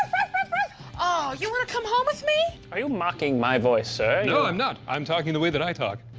ah you want to come home with me? are you mocking my voice, sir? no, i'm not, i'm talking the way that i talk.